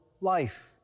life